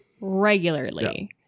regularly